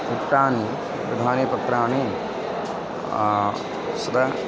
उत्रानि प्रधानीपत्राणि स्र